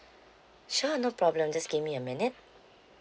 sure no problem just give me a minute